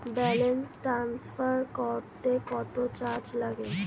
Balance transfer করতে কত charge লাগে?